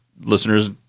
listeners